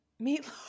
Meatloaf